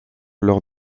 lors